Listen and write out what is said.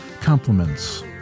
Compliments